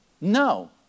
No